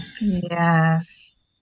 Yes